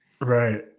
Right